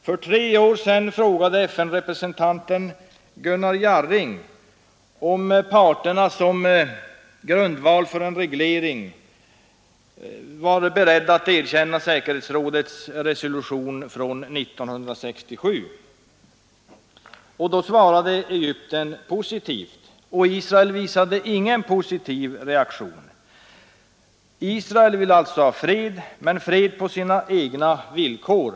För tre år sedan frågade FN-representanten Gunnar Jarring om parterna som grundval för en reglering var beredda att erkänna säkerhetsrådets resolution 1967. Då svarade Egypten positivt. Israel visade ingen positiv reaktion. Israel ville ha fred på sina egna villkor.